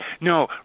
No